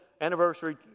anniversary